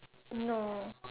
no